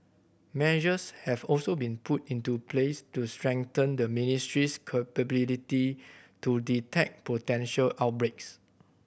measures have also been put into place to strengthen the ministry's capability to detect potential outbreaks